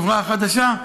החברה החדשה,